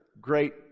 great